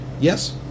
Yes